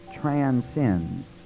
transcends